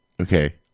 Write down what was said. Okay